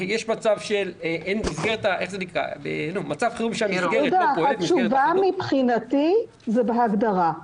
במצב חירום כשהמסגרת לא פועלת --- התשובה מבחינתי היא בהגדרה.